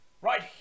right